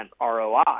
ROI